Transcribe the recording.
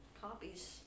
copies